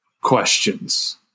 questions